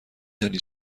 دانی